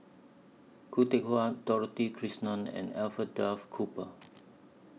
Khoo Teck Puat Dorothy Krishnan and Alfred Duff Cooper